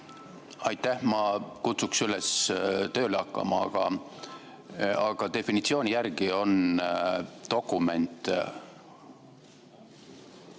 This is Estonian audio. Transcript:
Aitäh! Ma kutsuksin üles tööle hakkama. Aga definitsiooni järgi on dokument